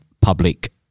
public